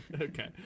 Okay